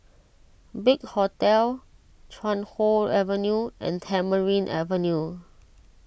Big Hotel Chuan Hoe Avenue and Tamarind Avenue